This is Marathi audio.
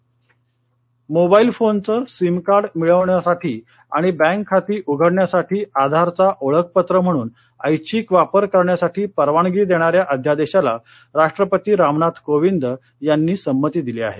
राष्ट्पती आधार मोबाईल फोनचं सिम कार्ड मिळवण्यासाठी आणि बँक खाती उघडण्यासाठी आधारचा ओळखपत्र म्हणून ऐच्छिक वापर करण्यासाठी परवानगी देणाऱ्या अध्यादेशाला राष्ट्रपती रामनाथ कोविंद यांनी संमती दिली आहे